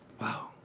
Wow